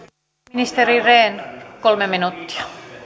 ministeri rehn kolme minuuttia